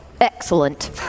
Excellent